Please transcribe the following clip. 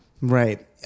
right